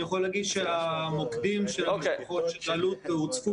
אני יכול לומר שהמוקדים של אלו"ט הוצפו